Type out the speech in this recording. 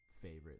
favorite